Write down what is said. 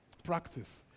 practice